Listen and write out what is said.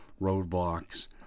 roadblocks